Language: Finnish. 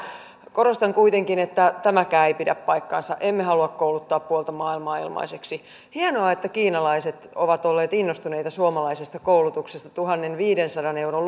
korostan kuitenkin että tämäkään ei pidä paikkaansa emme halua kouluttaa puolta maailmaa ilmaiseksi hienoa että kiinalaiset ovat olleet innostuneita suomalaisesta koulutuksesta tuhannenviidensadan euron